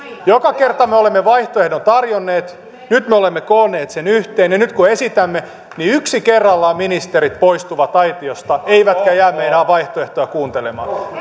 joka kerta me olemme vaihtoehdon tarjonneet nyt me olemme koonneet sen yhteen ja nyt kun esitämme niin yksi kerrallaan ministerit poistuvat aitiosta eivätkä jää meidän vaihtoehtoamme kuuntelemaan